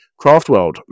Craftworld